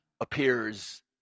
appears